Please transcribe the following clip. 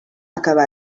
acabà